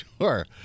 Sure